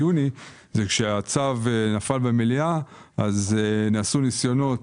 כשהצו נפל במליאה ב-15 ביוני נעשו ניסיונות